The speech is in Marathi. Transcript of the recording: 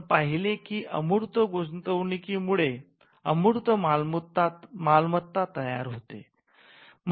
आपण पाहिले की अमूर्त गुंतवणूकीमुळे अमूर्त मालमत्ता तयार होते